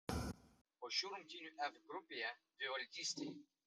po šių rungtynių f grupėje dvivaldystė